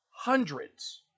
Hundreds